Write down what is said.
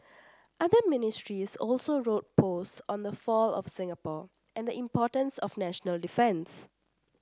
other Ministers also wrote posts on the fall of Singapore and importance of national defence